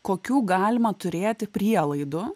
kokių galima turėti prielaidų